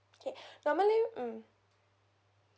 okay normally mm